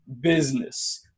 business